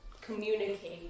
communicate